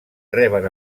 reben